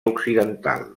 occidental